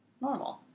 normal